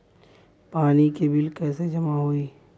पानी के बिल कैसे जमा होयी?